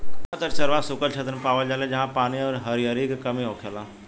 जादातर चरवाह सुखल क्षेत्र मे पावल जाले जाहा पानी अउरी हरिहरी के कमी होखेला